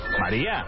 María